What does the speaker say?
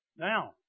Now